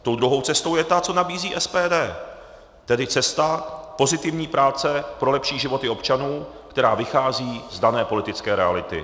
Tou druhou cestou je ta, co nabízí SPD, tedy cesta pozitivní práce pro lepší životy občanů, která vychází z dané politické reality.